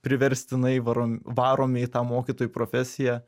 priverstinai varom varomi į tą mokytojų profesiją